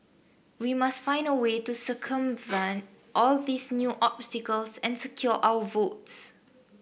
we must find a way to circumvent all these new obstacles and secure our votes